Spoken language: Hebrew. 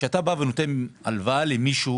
כשאתה בא ונותן הלוואה למישהו